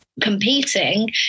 competing